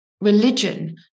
religion